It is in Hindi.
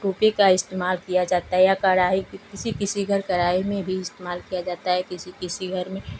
टोपे का इस्तेमाल किया जाता है या कढ़ाई किसी किसी घर कढ़ाही में भी इस्तेमाल किया जाता है किसी किसी घर में